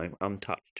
untouched